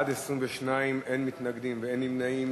בעד, 22, אין מתנגדים ואין נמנעים.